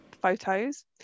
photos